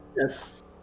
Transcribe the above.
Yes